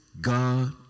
God